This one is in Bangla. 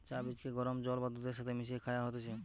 চা বীজকে গরম জল বা দুধের সাথে মিশিয়ে খায়া হতিছে